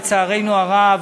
לצערנו הרב,